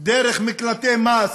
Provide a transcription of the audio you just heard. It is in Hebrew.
דרך מקלטי מס